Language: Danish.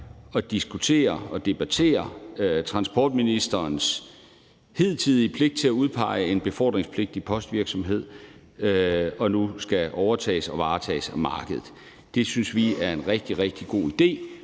og diskuterer og debatterer transportministerens hidtidige pligt til at udpege en befordringspligtig postvirksomhed, fordi det nu skal overtages og varetages af markedet. Det synes vi er en rigtig, rigtig god idé,